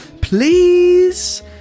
Please